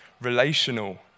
relational